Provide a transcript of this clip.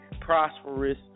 prosperous